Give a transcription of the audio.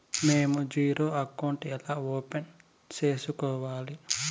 మేము zero account ఎలా open సేసుకోవాలి